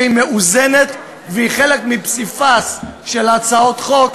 שהיא מאוזנת והיא חלק מפסיפס של הצעות חוק,